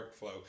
workflow